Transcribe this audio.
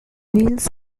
wheels